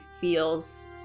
feels